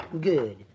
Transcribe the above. Good